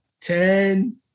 ten